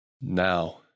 now